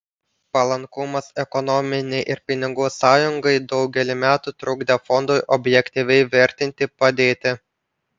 palankumas ekonominei ir pinigų sąjungai daugelį metų trukdė fondui objektyviai vertinti padėtį